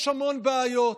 יש המון בעיות,